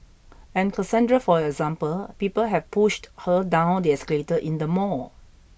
and Cassandra for example people have pushed her down the escalator in the mall